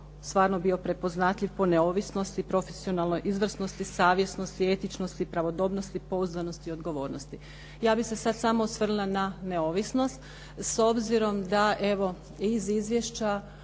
stvarno bio prepoznatljiv po neovisnosti, profesionalnoj izvrsnosti, savjesnosti, etičnosti, pravodobnosti, pouzdanosti, odgovornosti. Ja bih se samo osvrnula na neovisnost, s obzirom da evo iz izvješća